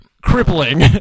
crippling